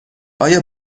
آیا